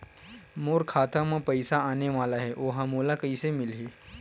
मोर खाता म पईसा आने वाला हे ओहा मोला कइसे मिलही?